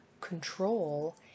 control